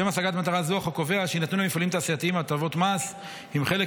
לשם השגת מטרה זו החוק קובע שיינתנו למפעלים תעשייתיים הטבות מס אם חלק